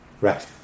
right